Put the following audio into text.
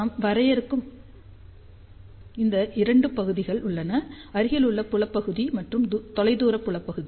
நாம் வரையறுக்கும் இரண்டு பகுதிகள் உள்ளன அருகிலுள்ள புலப் பகுதி மற்றும் தொலைதூரப் புலப்பகுதி